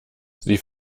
sie